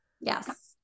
Yes